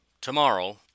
tomorrow